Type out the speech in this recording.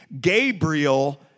Gabriel